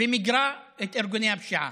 ומיגרה את ארגוני הפשיעה.